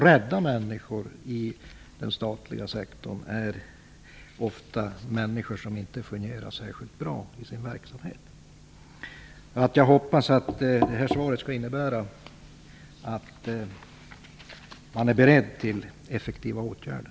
Rädda människor inom den statliga sektorn är ju ofta människor som inte fungerar särskilt bra inom sin verksamhet. Jag hoppas också att svaret här innebär att man är beredd att vidta effektiva åtgärder.